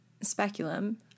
Speculum